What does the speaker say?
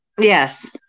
Yes